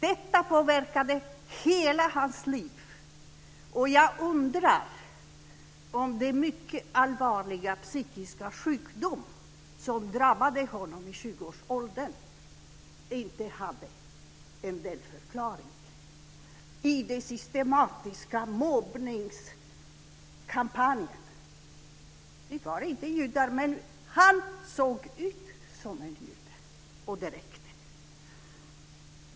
Detta påverkade hela hans liv, och jag undrar om inte den mycket allvarliga psykiska sjukdom som drabbade honom i 20-årsåldern hade en delförklaring i den systematiska mobbningskampanjen. Vi var inte judar, men han såg ut som en jude, och det räckte.